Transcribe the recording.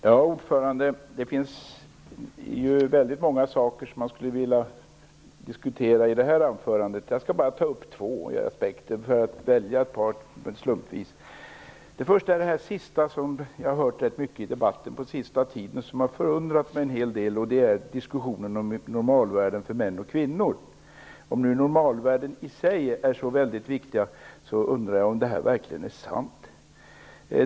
Herr talman! Det är väldigt mycket i Ulla Hoffmanns anförande som jag skulle vilja diskutera, men jag skall slumpvis välja bara ett par aspekter. Det som Ulla Hoffmann sade om normalvärden för män och kvinnor har jag hört rätt mycket av i debatten på senare tid, och det har förundrat mig en hel del. Även om normalvärden i sig är någonting så viktigt, undrar jag om detta verkligen är sant.